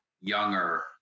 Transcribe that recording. younger